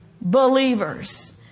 believers